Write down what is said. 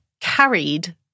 carried